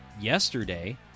yesterday